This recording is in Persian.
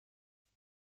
اسکی